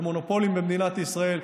ומונופולים במדינת ישראל,